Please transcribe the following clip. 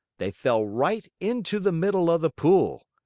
they fell right into the middle of the pool.